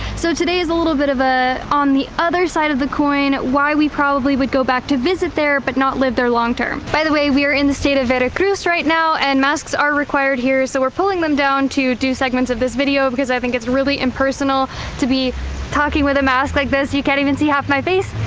so today is a little bit of a on the other side of the coin why we probably would go back to visit there but not live there long term. by the way we are in the state of veracruz right now and masks are required here so we're pulling them down to do segments of this video because i think it's really impersonal to be talking with a mask like this, you can't even see half my face.